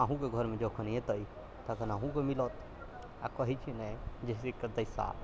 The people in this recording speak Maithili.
अहुँके घरमे जखन हेतै तखन अहुँके मिलत आ कहै छै ने जाहिसे के तइसा